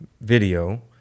video